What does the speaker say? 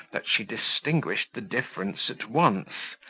that she distinguished the difference at once.